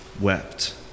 wept